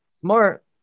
smart